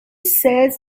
says